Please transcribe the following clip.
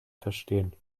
verstehen